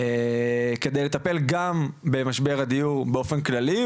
על מנת לטפל גם במשבר הדיור באופן כללי,